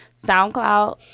SoundCloud